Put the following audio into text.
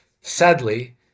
sadly